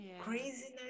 craziness